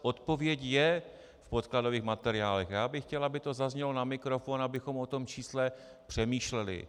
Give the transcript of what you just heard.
Odpověď je v podkladových materiálech a já bych chtěl, aby to zaznělo na mikrofon, abychom o tom čísle přemýšleli.